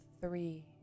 three